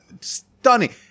stunning